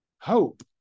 hope